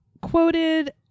quoted